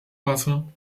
wasser